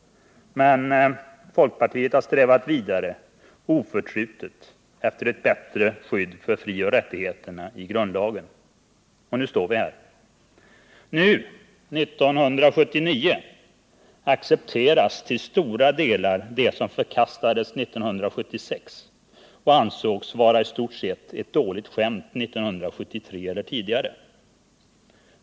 Men folkpartiet har strävat vidare oförtrutet för att förbättra skyddet för frioch rättigheter i grundlagen. Och nu står vi här. Nu, 1979, accepteras till stora delar det som förkastades 1976 och som i stort sett ansågs vara ett dåligt skämt 1973 eller tidigare.